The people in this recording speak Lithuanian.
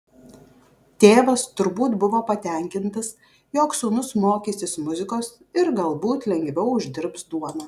tėvas turbūt buvo patenkintas jog sūnus mokysis muzikos ir galbūt lengviau uždirbs duoną